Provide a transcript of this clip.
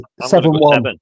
seven-one